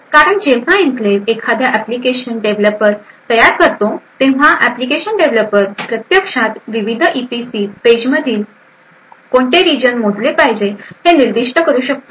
कारण जेव्हा एन्क्लेव्ह एखादा ऍप्लिकेशन डेव्हलपर तयार करतो तेव्हा ऍप्लिकेशन डेव्हलपर प्रत्यक्षात विविध ईपीसी पेजेसमधील कोणते रिजन मोजले पाहिजे हे निर्दिष्ट करू शकतो